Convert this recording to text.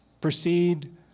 proceed